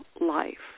life